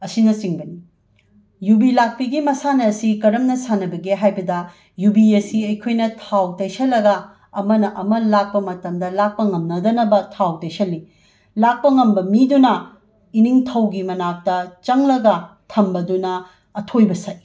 ꯑꯁꯤꯅ ꯆꯤꯡꯕꯅꯤ ꯌꯨꯕꯤ ꯂꯥꯛꯄꯤꯒꯤ ꯃꯁꯥꯟꯅ ꯑꯁꯤ ꯀꯔꯝꯅ ꯁꯥꯟꯅꯕꯒꯦ ꯍꯥꯏꯕꯗ ꯌꯨꯕꯤ ꯑꯁꯤ ꯑꯩꯈꯣꯏꯅ ꯊꯥꯎ ꯇꯩꯁꯜꯂꯒ ꯑꯃꯅ ꯑꯃ ꯂꯥꯛꯄ ꯃꯇꯝꯗ ꯂꯥꯛꯄ ꯉꯝꯅꯗꯅꯕ ꯊꯥꯎ ꯇꯩꯁꯜꯂꯤ ꯂꯥꯛꯄ ꯉꯝꯕ ꯃꯤꯗꯨꯅ ꯏꯅꯤꯡꯊꯧꯒꯤ ꯃꯅꯥꯛꯇ ꯆꯪꯂꯒ ꯊꯝꯕꯗꯨꯅ ꯑꯊꯣꯏꯕ ꯁꯛꯏ